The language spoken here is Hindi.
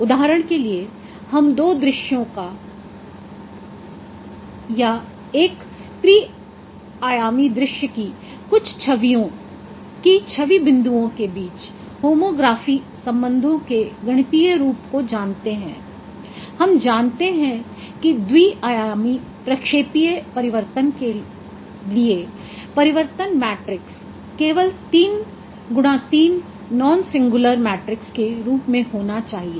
उदाहरण के लिए हम दो दृश्यों या एक त्रि आयामी दृश्य की कुछ छवियों की छवि बिंदुओं के बीच होमोग्राफी संबंधों के गणितीय रूप को जानते हैं हम जानते हैं कि द्वि आयामी प्रक्षेपीय परिवर्तन के लिए परिवर्तन मैट्रिक्स केवल 3 X 3 नॉन सिंगुलर मैट्रिक्स के रूप में होना चाहिए